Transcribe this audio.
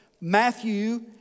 Matthew